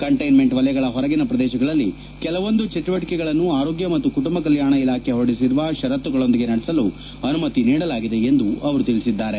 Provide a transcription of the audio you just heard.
containment ವಲಯಗಳ ಹೊರಗಿನ ಪ್ರದೇಶಗಳಲ್ಲಿ ಕೆಲವೊಂದು ಚಟುವಟಿಕೆಗಳನ್ನು ಆರೋಗ್ಯ ಮತ್ತು ಕುಟುಂಬ ಕಲ್ಕಾಣ ಇಲಾಖೆ ಹೊರಡಿಸಿರುವ ಪರತ್ತುಗಳೊಂದಿಗೆ ನಡೆಸಲು ಅನುಮತಿ ನೀಡಲಾಗಿದೆ ಎಂದು ಅವರು ತಿಳಿಸಿದ್ದಾರೆ